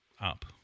up